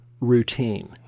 routine